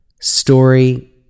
story